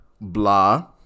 blah